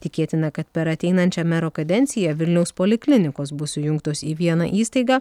tikėtina kad per ateinančią mero kadenciją vilniaus poliklinikos bus sujungtos į vieną įstaigą